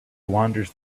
wanders